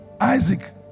Isaac